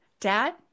dad